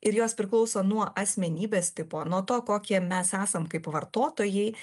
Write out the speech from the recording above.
ir jos priklauso nuo asmenybės tipo nuo to kokie mes esam kaip vartotojai